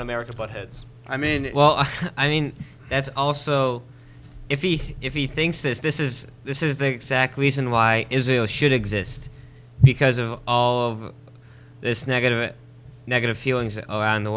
in america but heads i mean well i mean that's also if he said if he thinks this is this is the exact reason why israel should exist because of all of this negative and negative feelings around the